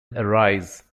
arise